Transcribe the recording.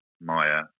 Maya